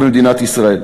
במדינת ישראל,